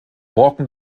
brocken